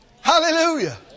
Hallelujah